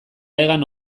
hegan